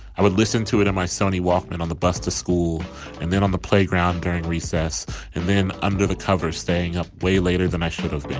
i would listen to it on my sony walkman on the bus to school and then on the playground during recess and then under the cover staying up way later than i should have been.